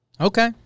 Okay